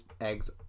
eggs